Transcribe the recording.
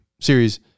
series